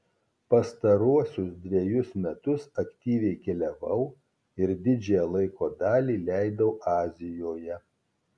pastaruosius dvejus metus aktyviai keliavau ir didžiąją laiko dalį leidau azijoje